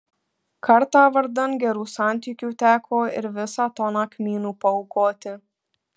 kartą vardan gerų santykių teko ir visą toną kmynų paaukoti